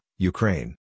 Ukraine